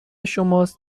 شماست